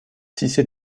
tisser